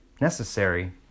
necessary